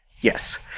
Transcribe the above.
yes